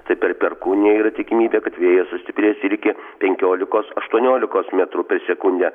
tai per perkūniją yra tikimybė kad vėjas sustiprės ir iki penkiolikos aštuoniolikos metrų per sekundę